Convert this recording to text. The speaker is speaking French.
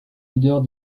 leaders